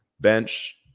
bench